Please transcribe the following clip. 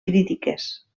crítiques